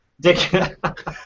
Dick